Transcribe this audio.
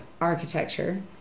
architecture